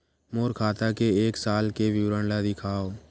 मोर खाता के एक साल के विवरण ल दिखाव?